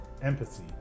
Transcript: empathy